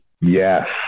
Yes